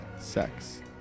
sex